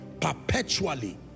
perpetually